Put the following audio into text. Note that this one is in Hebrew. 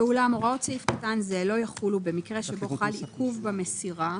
ואולם הוראות סעיף קטן זה לא יחולו במקרה שבו חל עיכוב במסירה,